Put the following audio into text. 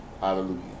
Hallelujah